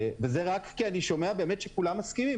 וזה רק כי אני שומע באמת שכולם מסכימים.